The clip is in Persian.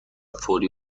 فوری